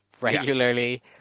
regularly